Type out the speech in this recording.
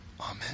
Amen